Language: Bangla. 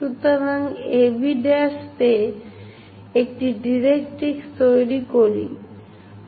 সুতরাং আসুন AB তে একটি ডাইরেক্ট্রিক্স তৈরি করি